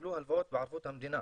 שיקבלו הלוואות בערבות המדינה